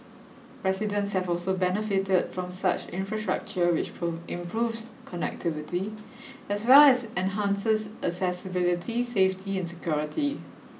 residents have also benefited from such infrastructure which improves connectivity as well as enhances accessibility safety and security